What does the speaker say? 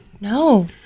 No